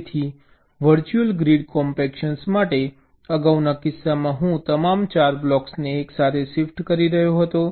તેથી virtual grid compaction માટે અગાઉના કિસ્સામાં હું આ તમામ 4 બ્લોકને એકસાથે શિફ્ટ કરી રહ્યો હતો